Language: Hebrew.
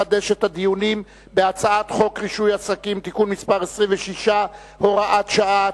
לחדש את הדיונים בהצעת חוק רישוי עסקים (תיקון מס' 26) (הוראת שעה),